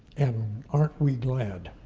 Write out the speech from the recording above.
and aren't we glad?